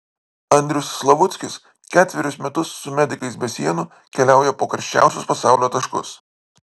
andrius slavuckis ketverius metus su medikais be sienų keliauja po karščiausius pasaulio taškus